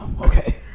Okay